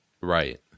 Right